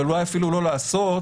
ואולי אפילו לא לעשות,